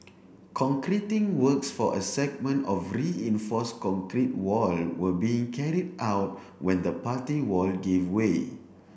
concreting works for a segment of reinforce concrete wall were being carry out when the party wall gave way